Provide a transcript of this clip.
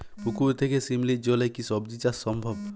পুকুর থেকে শিমলির জলে কি সবজি চাষ সম্ভব?